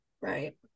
Right